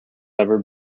ever